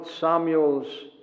Samuel's